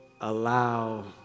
allow